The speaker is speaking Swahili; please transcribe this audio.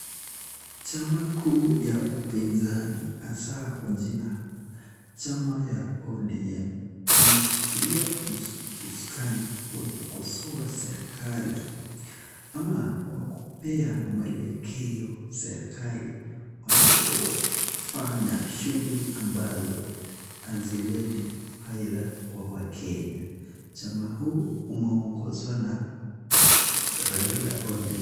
Chama kuu ya upinzani hasaa kwa jina, chama ya ODM, imeshikilia usukani kwa kukosoa serikali ama kwa kupea mwelekeo serikali wanapofanya shughuli ambazo hazileti faida kwa wakenya. Chama huu umeongozwa na Raila Odinga.